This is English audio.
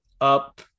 up